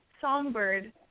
songbird